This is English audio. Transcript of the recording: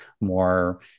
more